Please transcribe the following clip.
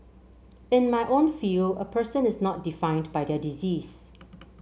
in my own field a person is not defined by their disease